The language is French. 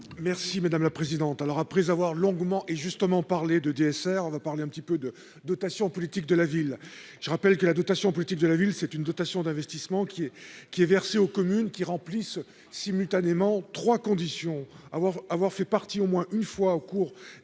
Merci madame la présidente, alors après avoir longuement et justement parler de DSR on va parler un petit peu de dotation politique de la ville, je rappelle que la dotation politique de la ville, c'est une dotation d'investissement qui est qui est versée aux communes qui remplissent simultanément 3 conditions : avoir avoir fait partie, au moins une fois au cours des